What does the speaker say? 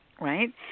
right